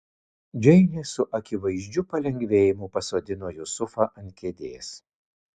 džeinė su akivaizdžiu palengvėjimu pasodino jusufą ant kėdės